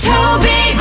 Toby